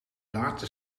laatste